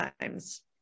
times